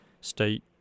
state